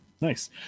Nice